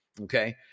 Okay